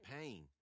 pain